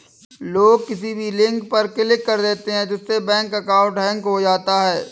लोग किसी भी लिंक पर क्लिक कर देते है जिससे बैंक अकाउंट हैक होता है